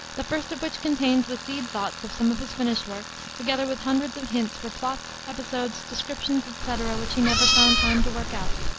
the first of which contains the seed thoughts of some of his finished works, together with hundreds of hints for plots, episodes, descriptions, etc, which he never found time to work out.